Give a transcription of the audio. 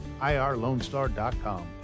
IRLoneStar.com